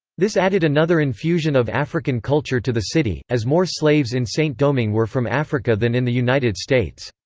this added another infusion of african culture to the city, as more slaves in saint-domingue were from africa than in the united states.